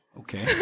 okay